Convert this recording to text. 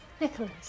Nicholas